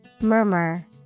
Murmur